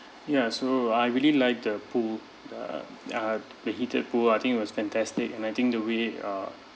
ya so I really like the pool the uh ah the heated pool I think it was fantastic and I think the way uh